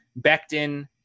Becton